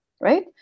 right